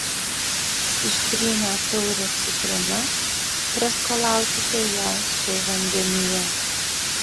ištrynę taurę citrina praskalaukite ją su vandenyje